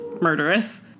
murderous